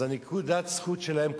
אז נקודות הזכות שלהן,